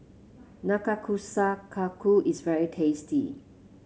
Nanakusa Kaku is very tasty